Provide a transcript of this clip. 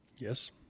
Yes